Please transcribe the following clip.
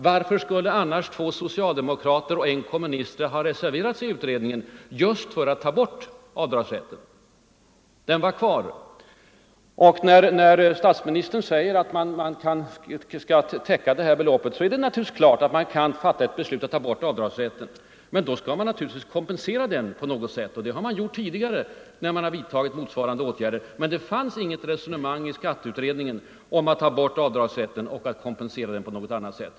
Varför skulle annars två socialdemokrater och en kommunist ha reserverat sig i utredningen för att avskaffa avdragsrätten? Statsministern säger att man måste täcka det belopp en bibehållen avdragsrätt kostar. Visst kan man fatta beslut om att avskaffa rätten till avdrag. Men då skall man också kompensera skattebetalarna för borttagandet. Så har skett tidigare när man vidtagit motsvarande åtgärder. I skatteutredningens betänkande fanns dock inga resonemang om att avskaffa avdragsrätten och därför ingen tanke på kompensation härför.